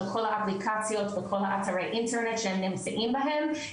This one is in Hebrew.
של כל האפליקציות וכל אתרי האינטרנט שהם נמצאים בהם,